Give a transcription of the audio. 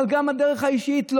אבל גם בדרך האישית,